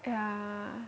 yeah